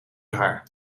haar